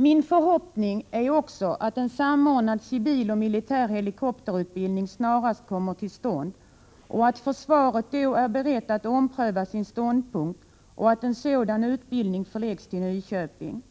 Min förhoppning är också att en samordnad civil och militär helikopterutbildning snarast kommer till stånd, att försvaret då är berett att ompröva sin ståndpunkt och att en sådan utbildning förläggs till Nyköping.